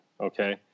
okay